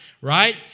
Right